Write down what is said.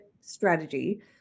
strategy